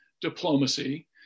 diplomacy